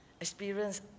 experience